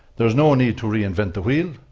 there's no need to reinvent the wheel,